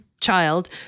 child